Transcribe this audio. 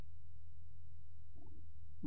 professor మరియు విద్యార్థి మధ్య సంభాషణ ముగుస్తుంది